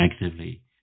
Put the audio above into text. negatively